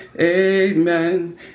amen